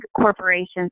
corporations